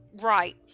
Right